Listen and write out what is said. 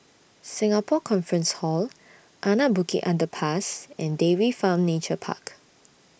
Singapore Conference Hall Anak Bukit Underpass and Dairy Farm Nature Park